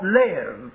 live